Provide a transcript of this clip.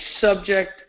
subject